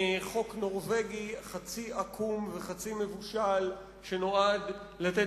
חוק נורבגי חצי עקום וחצי מבושל שנועד לתת